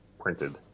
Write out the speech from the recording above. printed